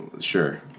sure